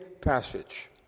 passage